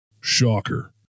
Shocker